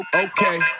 Okay